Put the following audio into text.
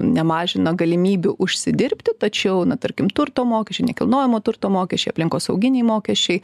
nemažina galimybių užsidirbti tačiau na tarkim turto mokesčiai nekilnojamo turto mokesčiai aplinkosauginiai mokesčiai